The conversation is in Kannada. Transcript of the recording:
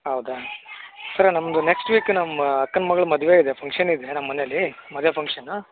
ಹೌದಾ ಸರ ನಮ್ಮದು ನೆಕ್ಸ್ಟ್ ವೀಕ್ ನಮ್ಮ ಅಕ್ಕನ ಮಗಳ ಮದುವೆ ಇದೆ ಫಂಕ್ಷನ್ ಇದೆ ನಮ್ಮ ಮನೇಲಿ ಮದುವೆ ಫಂಕ್ಷನು